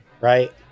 Right